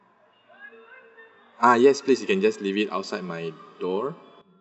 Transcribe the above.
ah yes please you can just leave it outside my door